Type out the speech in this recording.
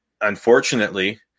Unfortunately